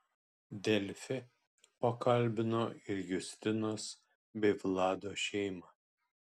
delfi pakalbino ir justinos bei vlado šeimą